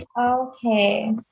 Okay